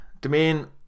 Domain